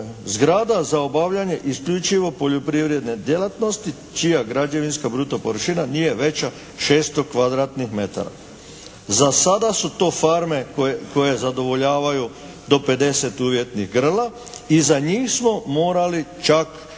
zgrada za obavljanje isključivo poljoprivredne djelatnosti čija građevinska bruto površina nije veća od 600 kvadratnih metara. Za sada su to farme koje zadovoljavaju do 50 … /Govornik se ne razumije./ … grla i za njih smo morali čak ako